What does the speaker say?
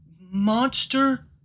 monster